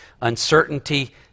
uncertainty